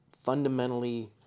fundamentally